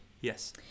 Yes